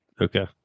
Okay